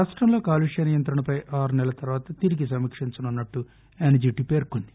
రాష్టంలో కాలుష్య నియంత్రణపై ఆరు సెలల తర్వాత తిరిగి సమీకించనున్నట్లు ఎన్లీటీ పేర్కొంది